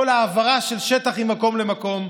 כל העברה של שטח ממקום למקום,